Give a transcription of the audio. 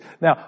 Now